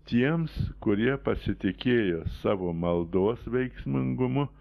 tiems kurie pasitikėjo savo maldos veiksmingumu